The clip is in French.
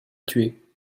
tuer